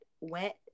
wet